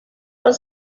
was